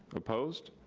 opposed?